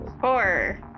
Four